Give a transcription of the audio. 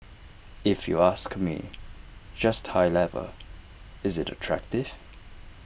if you ask me just high level is IT attractive